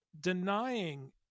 denying